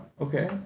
okay